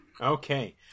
Okay